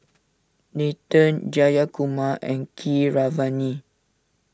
Nathan Jayakumar and Keeravani